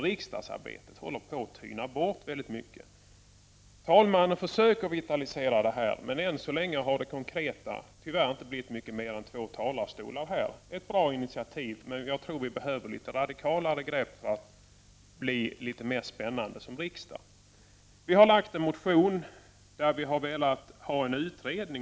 Riksdagsarbetet håller på att tyna bort väldigt mycket. Talmannen försöker vitalisera det här, men än så länge har det konkreta tyvärr inte blivit mycket mer än två talarstolar här, ett bra initiativ. Men jag tror vi behöver litet radikalare grepp för att bli litet mer spännande som riksdag. Vi har lagt en motion där vi har velat ha en utredning.